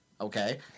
okay